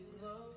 love